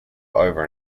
over